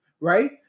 right